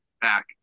back